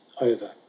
over